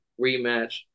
rematch